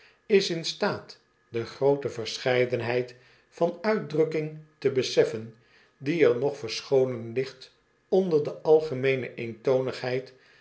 is in staat de groot e verscheidenheid van uitdrukking te beseffen die er nog verscholen ligt onder de